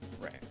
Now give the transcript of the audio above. Right